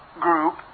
group